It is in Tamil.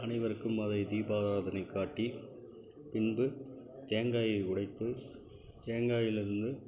அனைவருக்கும் அதை தீபாராதனை காட்டி பின்பு தேங்காயை உடைத்து தேங்காயிலிருந்து